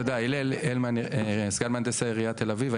תודה, הלל הלמן סגן מהנדס העירייה תל אביב.